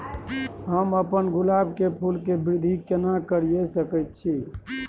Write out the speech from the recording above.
हम अपन गुलाब के फूल के वृद्धि केना करिये सकेत छी?